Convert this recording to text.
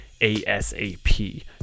ASAP